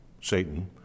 Satan